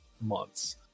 months